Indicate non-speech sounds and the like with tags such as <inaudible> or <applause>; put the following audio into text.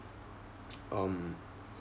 <noise> um